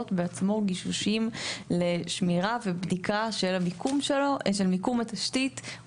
בעצמו גישושים של בדיקה של מיקום התשתית שלו,